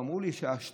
ואמרו לי שההשתלות